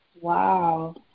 Wow